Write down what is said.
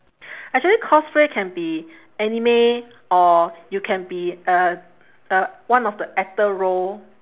actually cosplay can be anime or you can be uh uh one of the actor role